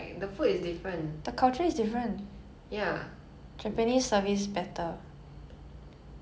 okay but I was just saying about food and culture what what has it got to do with service